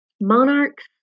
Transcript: monarchs